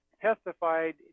testified